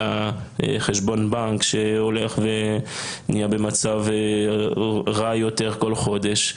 חשבון הבנק שהולך ונהיה במצב רע יותר כל חודש.